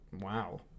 wow